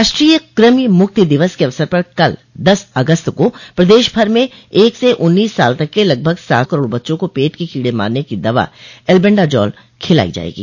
राष्ट्रीय कृमि मुक्ति दिवस के अवसर पर कल दस अगस्त को प्रदेशभर में एक से उन्नीस साल तक के लगभग सात करोड़ बच्चों को पेट के कीड़े मारने की दवा एल्बेंडाजॉल खिलाई जायेगी